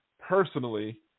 personally